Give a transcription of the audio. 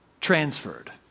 transferred